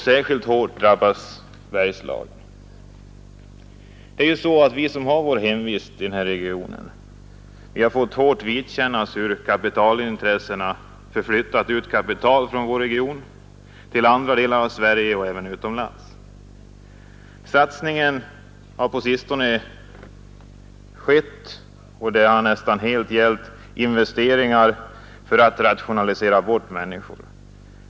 Särskilt hårt drabbas Bergslagen. Vi som har vår hemvist i denna region har hårt fått vidkännas hur kapitalintressena förflyttat ut kapital från vår region till andra delar av landet och även utomlands. Den satsning som gjorts på sistone har nästan helt gällt investeringar för att rationalisera bort människor.